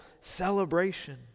celebration